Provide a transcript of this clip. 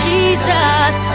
Jesus